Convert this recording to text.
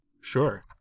Sure